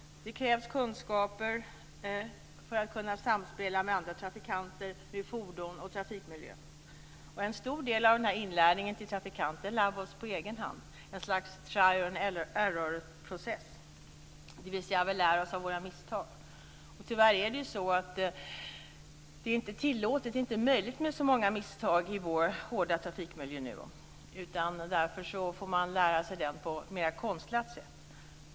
Det krävs kunskaper för att man ska kunna samspela med andra trafikanter, med fordon och trafikmiljö. En stor del av inlärningen i trafikantrollen klarar man på egen hand, ett slags trial and error-process, dvs. vi lär oss av våra misstag. Tyvärr är det inte tillåtet och möjligt med så många misstag i vår nu så hårda trafikmiljö, och därför får man lära sig på ett mera konstlat sätt.